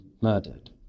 murdered